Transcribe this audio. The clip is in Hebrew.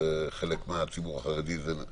אחיות מהציבור החרדי.